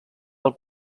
del